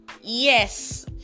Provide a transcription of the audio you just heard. Yes